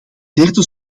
derde